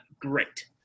great